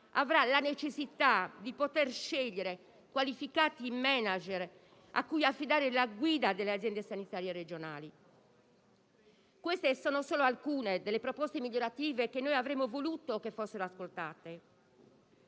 avrà la necessità di poter scegliere qualificati *manager* a cui affidare la guida delle Aziende sanitarie regionali. Queste sono solo alcune delle proposte migliorative che noi avremmo voluto che fossero ascoltate.